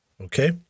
Okay